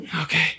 Okay